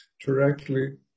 directly